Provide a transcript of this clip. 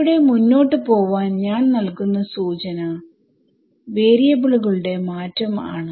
ഇവിടെ മുന്നോട്ട് പോവാൻ ഞാൻ നൽകുന്ന സൂചന വാരിയബിൾകളുടെ മാറ്റം ആണ്